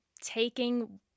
taking